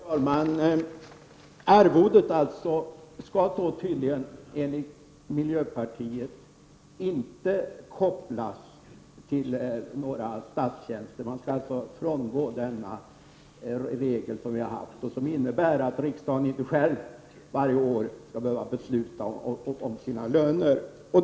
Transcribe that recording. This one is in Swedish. Herr talman! Arvodet skall tydligen, enligt miljöpartiet, inte kopplas till lönen för några statliga tjänster. Man skall alltså frångå den regel som vi har haft och som innebär att riksdagen inte själv varje år behöver besluta om löner för riksdagsledamöterna.